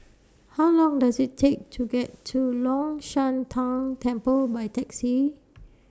How Long Does IT Take to get to Long Shan Tang Temple By Taxi